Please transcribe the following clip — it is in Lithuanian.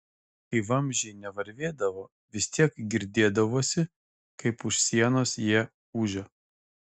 kai vamzdžiai nevarvėdavo vis tiek girdėdavosi kaip už sienos jie ūžia